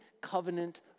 covenant